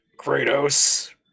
Kratos